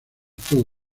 todo